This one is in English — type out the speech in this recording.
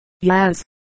Yes